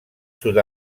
sud